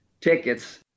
tickets